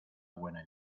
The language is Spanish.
buena